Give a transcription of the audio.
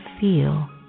feel